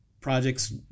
projects